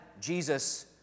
Jesus